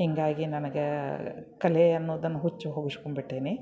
ಹೀಗಾಗಿ ನನ್ಗೆ ಕಲೆ ಅನ್ನೋದನ್ನು ಹುಚ್ಚು ಹುಗಶ್ಕೊಂಬಿಟ್ಟೀನಿ